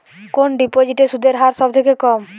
কোন ডিপোজিটে সুদের হার সবথেকে কম?